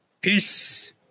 Peace